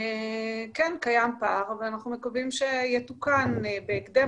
קיים פער ואנחנו מקווים שיתוקן בהקדם